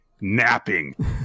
napping